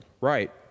Right